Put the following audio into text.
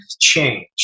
change